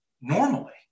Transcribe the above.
Normally